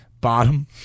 bottom